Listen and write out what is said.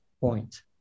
point